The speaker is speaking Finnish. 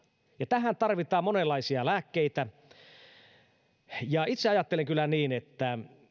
ja tähän tarvitaan monenlaisia lääkkeitä itse ajattelen kyllä niin että